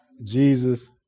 Jesus